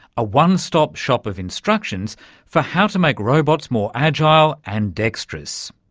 a one-stop shop of instructions for how to make robots more agile and dexterous.